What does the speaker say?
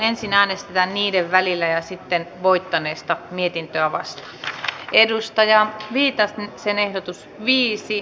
ensin äänestetään niiden välillä sitten voittaneesta mietintöä vastaan edustajaa viittä sen ehdotus viisi